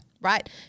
right